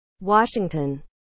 Washington